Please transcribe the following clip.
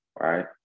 right